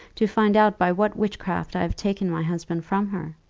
to find out by what witchcraft i have taken my husband from her.